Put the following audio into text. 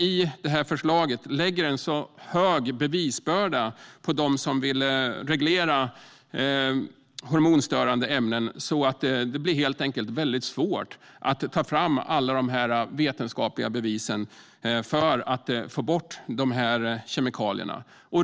I detta förslag läggs en så stor bevisbörda på dem som vill reglera hormonstörande ämnen att det helt enkelt blir mycket svårt att ta fram alla vetenskapliga bevis för att få bort dessa kemikalier.